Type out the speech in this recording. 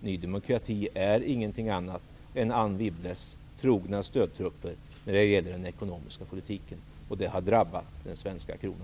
Ny demokrati är ingenting annat än Anne Wibbles trogna stödtrupp när det gäller den ekonomiska politiken. Och det har drabbat den svenska kronan.